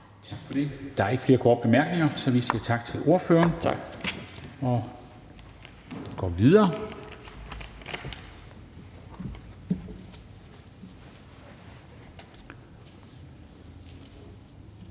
Tak for det. Der er ikke flere korte bemærkninger, så vi siger tak til ordføreren. Og vi går videre